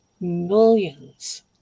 millions